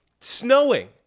snowing